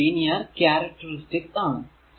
ഇത് linear characteristics ആണ്